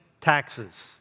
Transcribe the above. taxes